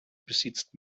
besitzt